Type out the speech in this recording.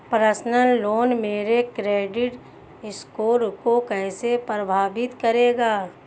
Personal loan मेरे credit score को कैसे प्रभावित करेगा?